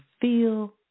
feel